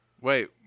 Wait